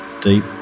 deep